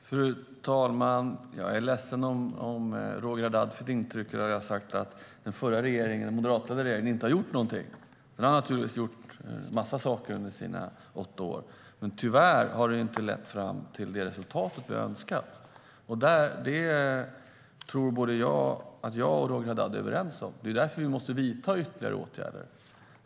Fru talman! Jag är ledsen om Roger Haddad har fått intrycket att jag har sagt att den förra moderatledda regeringen inte har gjort någonting. Den gjorde naturligtvis en massa saker under sina åtta år, men tyvärr har det inte lett fram till det resultat vi har önskat. Jag tror att Roger Haddad och jag är överens om det. Det är därför vi måste vidta ytterligare åtgärder.